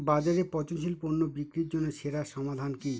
বাজারে পচনশীল পণ্য বিক্রির জন্য সেরা সমাধান কি?